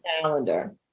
calendar